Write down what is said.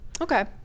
Okay